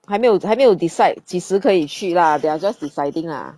还没有还没有 decide 几时可以去 lah they are just deciding lah